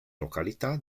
località